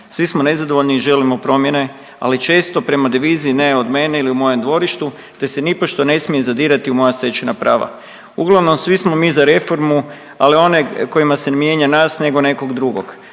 svi smo nezadovoljni i želimo promjene, ali često prema .../Govornik se ne razumije./... ne od mene ili u mojem dvorištu te se nipošto ne smije zadirati u moja stečena prava. Uglavnom, svi smo mi za reformu, ali one kojima se ne mijenja nas nego nekog drugog.